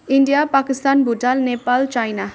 India Pakistan Bhutan Nepal China